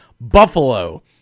Buffalo